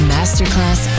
Masterclass